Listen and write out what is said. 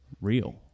real